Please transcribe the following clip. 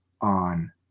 on